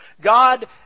God